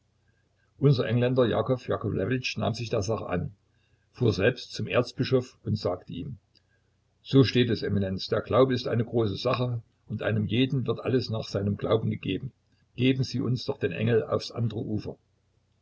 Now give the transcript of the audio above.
unser engländer jakow jakowlewitsch nahm sich der sache an fuhr selbst zum erzbischof und sagte ihm so steht es eminenz der glaube ist eine große sache und einem jeden wird alles nach seinem glauben gegeben geben sie uns doch den engel aufs andere ufer